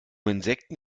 insekten